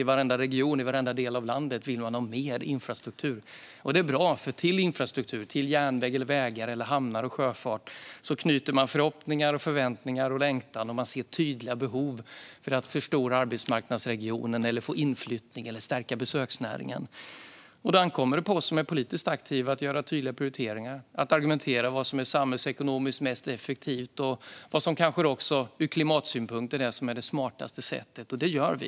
I varenda region och i varenda del av landet vill man ha mer infrastruktur. Det är bra, för till infrastruktur - järnvägar, vägar, hamnar och sjöfart - knyter man förhoppningar, förväntningar och längtan, och man ser tydliga behov av att förstora arbetsmarknadsregionen, att få inflyttning eller att stärka besöksnäringen. Då ankommer det på oss som är politiskt aktiva att göra tydliga prioriteringar och att argumentera för vad som är samhällsekonomiskt mest effektivt och vad som kanske också ur klimatsynpunkt är det smartaste sättet. Det gör vi.